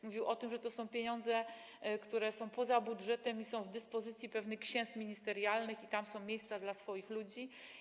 Mówił o tym, że to są pieniądze, które są poza budżetem i są w dyspozycji pewnych księstw ministerialnych, i że tam chodzi o miejsca dla swoich ludzi.